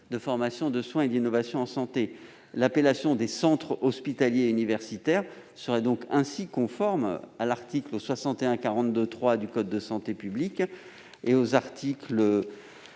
de formation, de soins et d'innovation en santé. L'appellation « centres hospitaliers et universitaires » serait ainsi conforme à l'article L. 6142-3 du code de la santé publique et aux articles L.